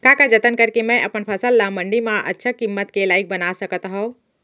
का का जतन करके मैं अपन फसल ला मण्डी मा अच्छा किम्मत के लाइक बना सकत हव?